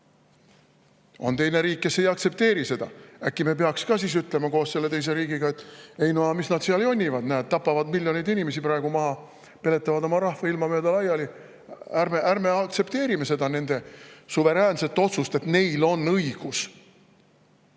üks teine riik, kes ei aktsepteeri seda. Äkki me peaks ka siis ütlema koos selle teise riigiga, et ei, no mis nad seal jonnivad, näed, tapavad miljoneid inimesi praegu maha, peletavad oma rahva ilma mööda laiali, ärme aktsepteerime seda nende suveräänset otsust, et neil on see õigus.